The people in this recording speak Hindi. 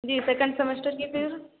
जी सकेंड सेमेस्टर की फिर